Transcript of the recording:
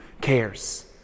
cares